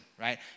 right